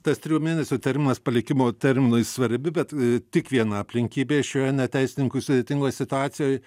tas trijų mėnesių terminas palikimo terminui svarbi bet tik viena aplinkybė šioje ne teisininkui sudėtingoj situacijoj